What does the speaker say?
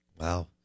Wow